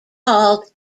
called